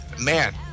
man